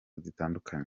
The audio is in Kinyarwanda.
zitandukanye